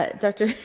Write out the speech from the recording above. ah dr.